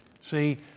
See